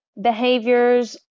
behaviors